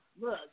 Look